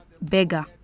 beggar